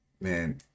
man